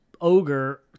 ogre